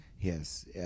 Yes